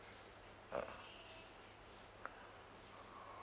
ah